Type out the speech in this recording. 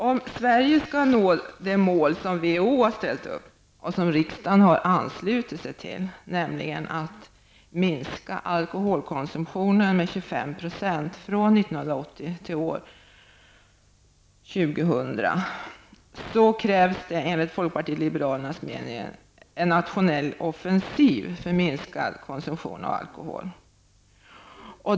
Om Sverige skall kunna nå det mål som WHO har ställt upp och som riksdagen har anslutit sig till, nämligen att minska alkoholkonsumtionen med 25 % från år 1980 till år 2000, så krävs det enligt folkpartiet liberalernas mening en nationell offensiv för minskad konsumtion av alkohol.